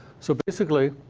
so basically,